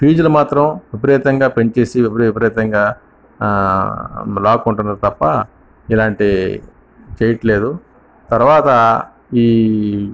ఫీజులు మాత్రం విపరీతంగా పెంచేసి విపరీతంగా లాక్కుంటున్నారు తప్ప ఇలాంటివి చేయట్లేదు తర్వాత ఈ